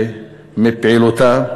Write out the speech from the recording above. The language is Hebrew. ומפעילותה.